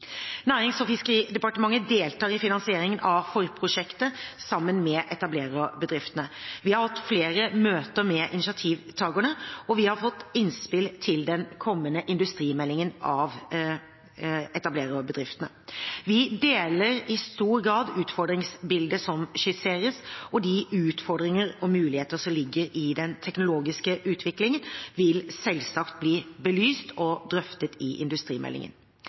Nærings- og fiskeridepartementet deltar i finansieringen av forprosjektet sammen med etablererbedriftene. Vi har hatt flere møter med initiativtakerne, og vi har fått innspill til den kommende industrimeldingen av etablererbedriftene. Vi deler i stor grad utfordringsbildet som skisseres, og utfordringene og mulighetene som ligger i den teknologiske utviklingen, vil selvsagt bli belyst og drøftet i industrimeldingen.